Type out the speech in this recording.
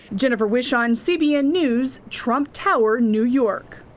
jennifer wishon, cbn news, trump tower, new york.